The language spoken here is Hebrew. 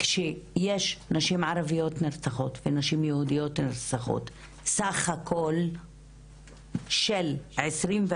כשיש נשים ערביות שנרצחות ונשים יהודיות שנרצחות סך הכל של 24,